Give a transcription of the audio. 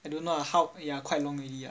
I don't know how ya quite long already ya